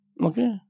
Okay